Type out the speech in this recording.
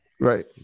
Right